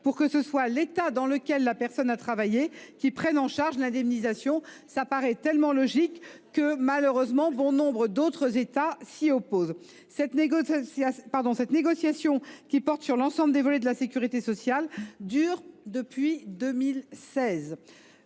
pour que l’État dans lequel la personne a travaillé prenne en charge l’indemnisation. Cela semble logique, mais, malheureusement, bon nombre d’États membres s’y opposent. Cette négociation, qui porte sur l’ensemble des volets de la sécurité sociale, dure depuis 2016.